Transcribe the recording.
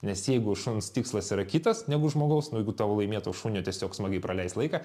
nes jeigu šuns tikslas yra kitas negu žmogaus nu jeigu tavo laimėto šunio tiesiog smagiai praleisti laiką